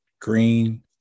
green